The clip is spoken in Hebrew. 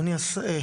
אדוני השר,